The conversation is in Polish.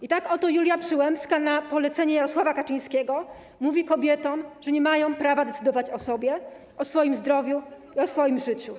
I tak oto Julia Przyłębska na polecenie Jarosława Kaczyńskiego mówi kobietom, że nie mają prawa decydować o sobie, o swoim zdrowiu i o swoim życiu.